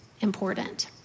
important